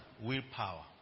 willpower